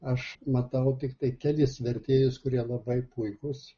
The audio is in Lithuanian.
aš matau tiktai kelis vertėjus kurie labai puikūs